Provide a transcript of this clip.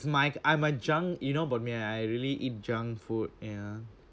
my I'm a junk you know about me I really eat junk food yeah